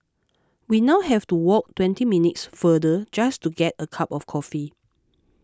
we now have to walk twenty minutes farther just to get a cup of coffee